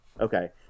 Okay